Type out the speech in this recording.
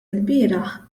ilbieraħ